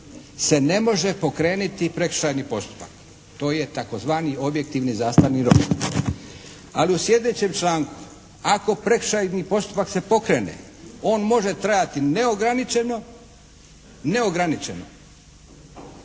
se ne može pokrenuti prekršajni postupak. To je takozvani objektivni zastarni rok. Ali u slijedećem članku ako prekršajni postupak se pokrene on može trajati neograničeno. Zašto